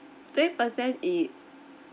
twenty percent is